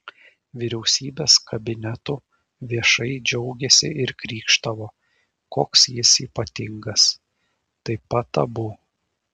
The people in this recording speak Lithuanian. vyriausybės kabinetu viešai džiaugėsi ir krykštavo koks jis ypatingas taip pat abu